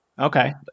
Okay